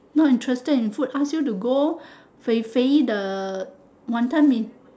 not interested in food ask you to go fei-fei the wanton-mee